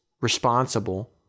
responsible